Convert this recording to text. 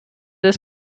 des